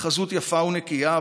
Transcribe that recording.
"חזות יפה ונקייה,